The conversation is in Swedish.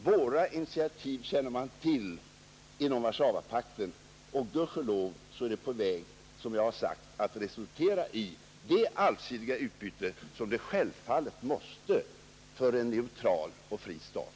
Våra initiativ känner man till inom Warszawapakten, och gudskelov tycks nu, som jag har sagt, en ändring vara på väg så att vi får det allsidiga utbyte som det självfallet måste vara fråga om för en neutral och fri stat.